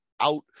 out